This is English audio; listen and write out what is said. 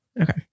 Okay